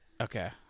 Okay